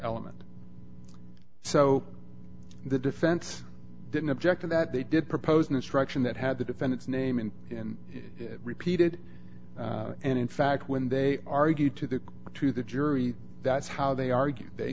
element so the defense didn't object to that they did propose an instruction that had the defendant's name in repeated and in fact when they argued to the to the jury that's how they argue they